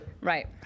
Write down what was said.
Right